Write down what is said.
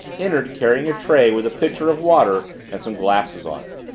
entered carrying a tray with a pitcher of water and some glasses on it.